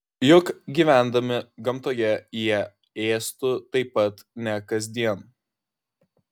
juk gyvendami gamtoje jie ėstų taip pat ne kasdien